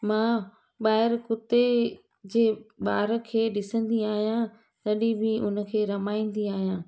मां ॿाहिरि कुते जे ॿार खे ॾिसंदी आहियां तॾहिं बि हुनखे रमाईंदी आहियां